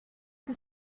que